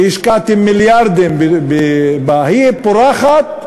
שהשקעתם מיליארדים בה, היא פורחת,